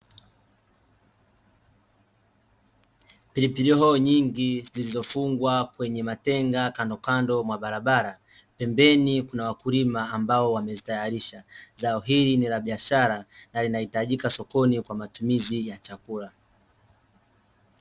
Pilipili hoho nyingi zilizofungwa kwenye matenga kando kando mwa barabara, pembeni kuna wakulima ambao wamezitayarisha. Zao hili ni la biashara, na linahitajika sokoni kwa matumizi ya chakula.